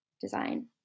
design